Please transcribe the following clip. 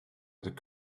had